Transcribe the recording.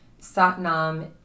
Satnam